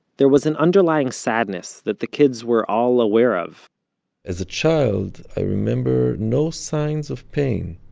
there was an underlying sadness that the kids were all aware of as a child, i remember no signs of pain